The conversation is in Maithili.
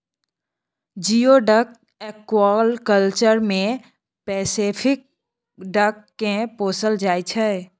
जियोडक एक्वाकल्चर मे पेसेफिक डक केँ पोसल जाइ छै